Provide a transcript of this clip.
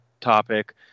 Topic